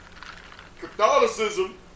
Catholicism